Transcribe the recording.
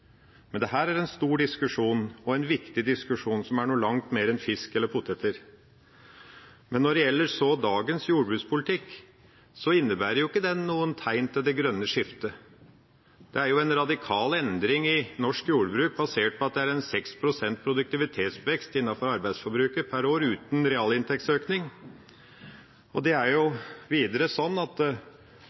Men dette er en stor og viktig diskusjon, som dreier seg om noe langt mer enn fisk eller poteter. Når det så gjelder dagens jordbrukspolitikk, viser ikke den noe tegn til det grønne skiftet. Det er en radikal endring i norsk jordbruk basert på at det er 6 pst. produktivitetsvekst innenfor arbeidsforbruket per år, uten realinntektsøkning, og det er det svake tollvernet som gjør at